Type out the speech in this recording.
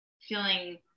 feeling